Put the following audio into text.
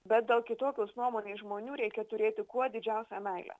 bet dėl kitokios nuomonės žmonių reikia turėti kuo didžiausią meilę